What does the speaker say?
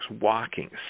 walking